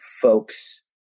folks